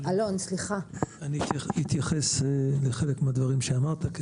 אני אתייחס לחלק מהדברים שאמרת.